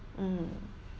mm